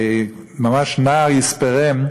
ממש נער יספרם,